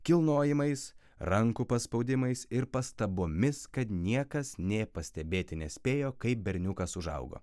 kilnojimais rankų paspaudimais ir pastabomis kad niekas nė pastebėti nespėjo kaip berniukas užaugo